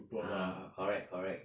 uh correct correct